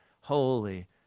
holy